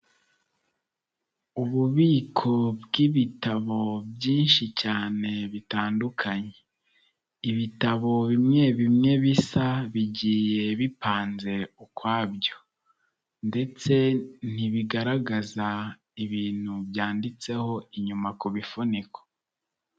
Ububiko bwi'ibitabo byinshi cyane bitandukanye, ibitabo bimwe bimwe bisa bigiye bipanze ukwabyo ndetse ntibigaragaza ibintu byanditseho inyuma ku bifuniko.